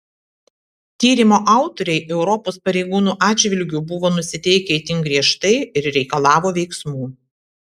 tyrimo autoriai europos pareigūnų atžvilgiu buvo nusiteikę itin griežtai ir reikalavo veiksmų